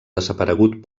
desaparegut